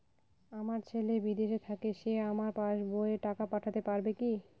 আমার ছেলে বিদেশে থাকে সে আমার পাসবই এ টাকা পাঠাতে পারবে কি?